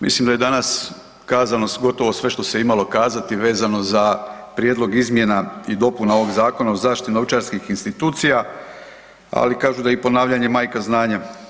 Mislim da je danas kazano gotovo sve što se imalo kazati vezano za Prijedlog izmjena i dopuna ovog Zakona o zaštiti novčarskih institucija, ali kažu da je i ponavljanje majka znanja.